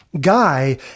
guy